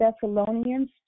Thessalonians